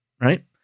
right